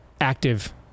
active